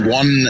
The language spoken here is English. one